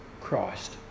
Christ